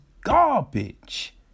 garbage